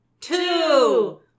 two